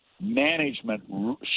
management